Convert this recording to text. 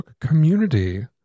community